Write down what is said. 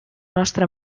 nostre